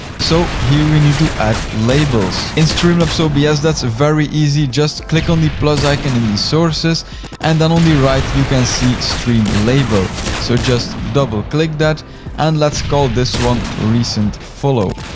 so, here we need to add labels. in streamlabs so obs, that's very easy. just click on the plus icon in the sources and then on the right, you can see stream label. so just double click that and let's call this one recent follow.